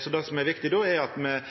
Så det som er viktig då, er at me